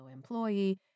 employee